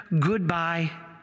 goodbye